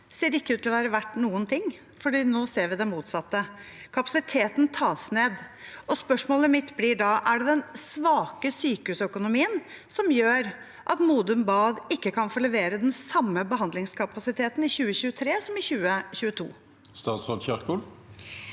ser ikke ut til å være verdt noen ting, for nå ser vi det motsatte: Kapasiteten tas ned. Spørsmålet mitt blir da: Er det den svake sykehusøkonomien som gjør at Modum bad ikke kan få levere den samme behandlingskapasiteten i 2023 som i 2022? Statsråd Ingvild